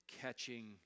catching